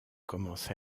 commence